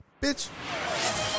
Bitch